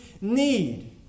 need